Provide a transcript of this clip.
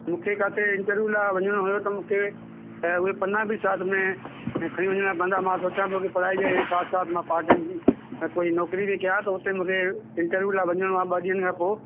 मूंखे किथे इंटरवियू लाइ वञिणो हुयो त मूंखे छाहे उहे पना बि साथ में खणी वञिणा पवंदा मां सोचियां पियो की पढ़ाई जे साथ साथ मां पाट टाइम या कोई नौकिरी जेके आहे हुते मूंखे इंटरवियू लाइ वञिणो आहे ॿ ॾींहनि खां पोइ